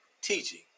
teaching